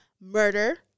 murder